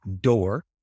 door